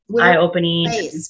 eye-opening